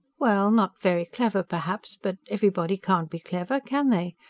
well, not very clever, perhaps. but everybody can't be clever, can they?